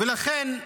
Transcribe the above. ולכן,